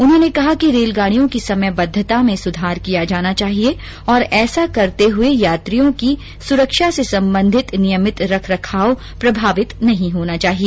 उर्न्होने कहा कि रेलगाड़ियों की समयबद्धता में सुधार किया जाना चाहिए और ऐसा करते हुए यात्रियों की सुरक्षा से संबंधित नियमित रख रखाव प्रभावित नहीं होना चाहिए